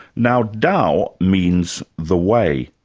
now dao means the way,